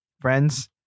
friends